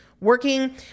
working